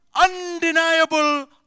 undeniable